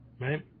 right